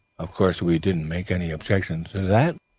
of course we didn't make any objection to that,